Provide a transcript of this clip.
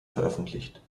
veröffentlicht